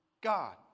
God